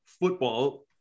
football